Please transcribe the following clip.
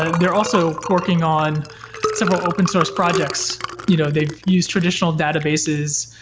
ah they're also working on several open source projects. you know they've used traditional databases,